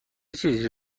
چیزی